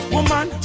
Woman